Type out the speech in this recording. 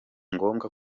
ngombwa